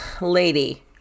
lady